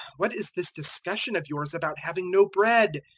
what is this discussion of yours about having no bread?